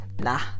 nah